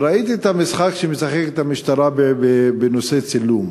וראיתי את המשחק שמשחקת המשטרה בנושא צילום.